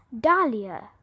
dahlia